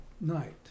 night